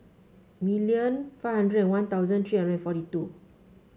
million five hundred and One Thousand three hundred forty two